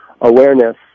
awareness